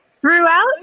Throughout